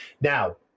now